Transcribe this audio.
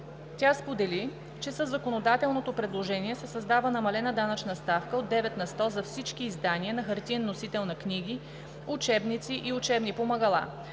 Тя сподели, че със законодателното предложение се създава намалена данъчна ставка от 9 на сто за всички издания на хартиен носител на книги, учебници и учебни помагала.